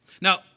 Now